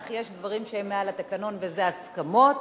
אך יש דברים שהם מעל התקנון וזה הסכמות,